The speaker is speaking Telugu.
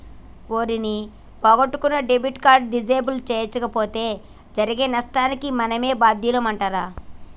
ఓరి నీ పొగొట్టుకున్న క్రెడిట్ కార్డు డిసేబుల్ సేయించలేపోతే జరిగే నష్టానికి మనమే బాద్యులమంటరా